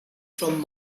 from